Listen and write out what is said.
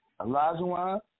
Elijah